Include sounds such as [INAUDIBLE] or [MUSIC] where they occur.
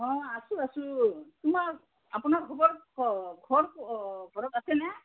অঁ আছোঁ আছোঁ তোমাৰ আপোনাৰ [UNINTELLIGIBLE]